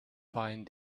fine